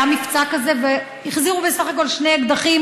היה מבצע כזה והחזירו בסך הכול שני אקדחים,